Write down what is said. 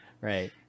right